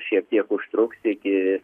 šiek tiek užtruks iki